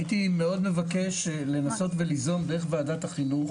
הייתי מאוד מבקש לנסות וליזום דרך ועדת ה חינוך